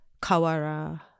kawara